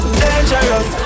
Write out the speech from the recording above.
dangerous